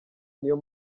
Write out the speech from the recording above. niyo